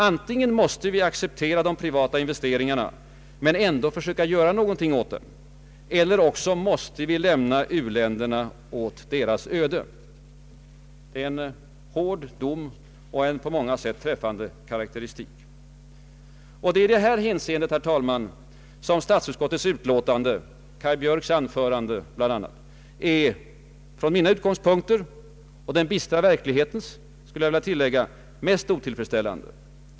”Antingen måste vi acceptera de privata investeringarna men ändå försöka göra någonting åt dem, eller också måste vi lämna u-länderna åt deras öde.” Det är en hård dom och en på många sätt träffande kritik. Det är i detta hänseende, herr talman, som statsutskotiets utlåtande och herr Björks anförande från mina utgångspunkter — och den bistra verklighetens — är mest otillfredsställande.